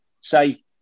say